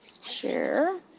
share